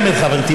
על אמת חברתי,